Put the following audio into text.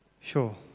Sure